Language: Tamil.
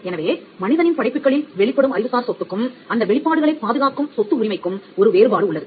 எனவே மனிதனின் படைப்புகளில் வெளிப்படும் அறிவுசார் சொத்துக்கும் அந்த வெளிப்பாடுகளைப் பாதுகாக்கும் சொத்து உரிமைக்கும் ஒரு வேறுபாடு உள்ளது